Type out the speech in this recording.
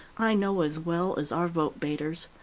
i know as well as our vote-baiters.